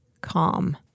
calm